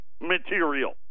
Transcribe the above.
material